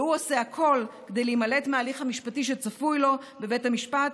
והוא עושה הכול כדי להימלט מההליך המשפטי שצפוי לו בבית המשפט,